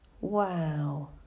Wow